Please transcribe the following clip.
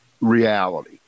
reality